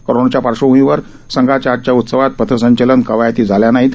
कोरोनाच्या पार्श्वभूमीवर संघाच्या आजच्या उत्सवात पथसंचलन कवायती झाल्या नाहीत